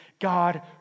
God